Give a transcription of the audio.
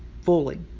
fully